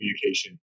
communication